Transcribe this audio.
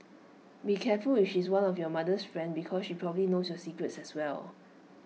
be careful if she's one of your mother's friend because she probably knows your secrets as well